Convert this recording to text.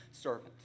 servant